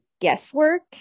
guesswork